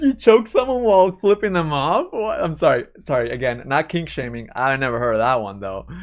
and choke someone while flipping them off? what i'm sorry sorry, again, not kink shaming, i never heard that one though.